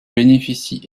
bénéficie